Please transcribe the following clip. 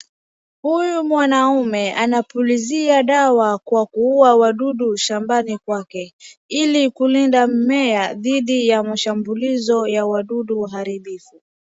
Huyu mwanaume anapulizia dawa kwa kuuwa wadudu shambani kwake ili kulinda mimea dhidi ya mashambulizi ya wadudu waharibifu.